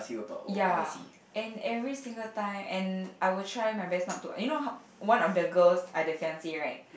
ya and every single time and I will try my best not to and you know one of the girls are the fiance right